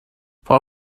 for